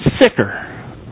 sicker